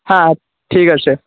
হ্যাঁ ঠিক আছে